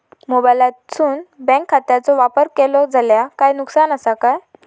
मोबाईलातसून बँक खात्याचो वापर केलो जाल्या काय नुकसान असा काय?